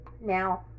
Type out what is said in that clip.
now